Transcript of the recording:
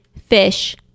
fish